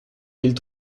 mille